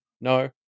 no